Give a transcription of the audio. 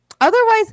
Otherwise